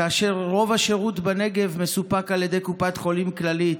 כאשר רוב השירות בנגב מסופק על ידי קופת חולים כללית,